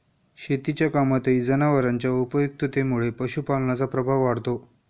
शेतीच्या कामातही जनावरांच्या उपयुक्ततेमुळे पशुपालनाचा प्रभाव वाढतो